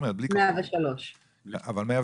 אבל 103 עונים?